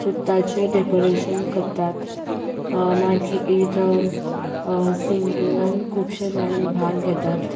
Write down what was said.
चुड्टाचें decoration करतात मागीर सिंगिंगान खुबशे जाण भाग घेतात